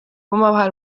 omavahel